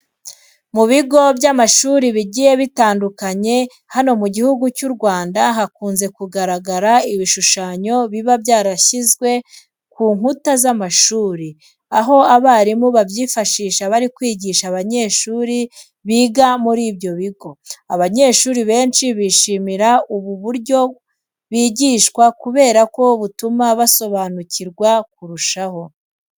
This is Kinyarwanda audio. Mu bigo by'amashuri bigiye bitandukanye hano mu gihugu cy'u Rwanda hakunze kugaragara ibishushanyo biba byarashyizwe ku nkuta z'amashuri, aho abarimu babyifashisha bari kwigisha abanyeshuri biga muri ibyo bigo. Abanyeshuri benshi bishimira ubu buryo bigishwamo kubera ko butuma basobanukirwa kurushaho.